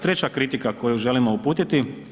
Treća kritika koju želimo uputiti.